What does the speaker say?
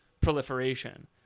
proliferation